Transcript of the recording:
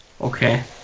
Okay